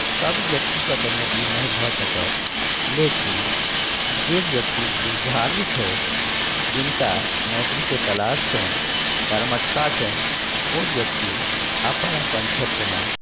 सभ व्यक्तिकेँ तऽ नौकरी नहि भऽ सकत लेकिन जे व्यक्ति जुझारू छथि जिनका नौकरीके तलाश छनि कर्मठता छनि ओ व्यक्ति अपन अपन क्षेत्रमे